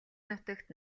нутагт